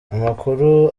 umukuru